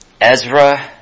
Ezra